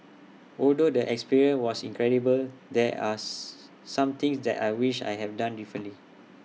although the experience was incredible there are some things that I wish I have done differently